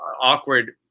awkward